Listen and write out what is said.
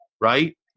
right